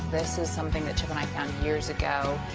this is something that chip and i found years ago.